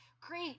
Great